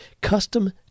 custom